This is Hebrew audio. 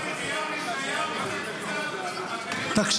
עברת מירמיהו לישעיהו.